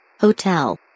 Hotel